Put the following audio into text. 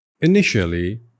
Initially